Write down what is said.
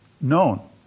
known